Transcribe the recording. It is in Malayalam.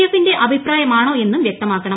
എഫിന്റെ അഭിപ്രായമാണോ എന്നും വൃക്തമാക്കണം